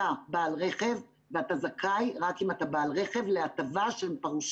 אתה זכאי רק אם אתה בעל רכב להטבה שפירושה